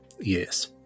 Yes